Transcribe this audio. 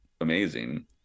amazing